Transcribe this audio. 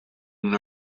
una